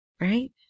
right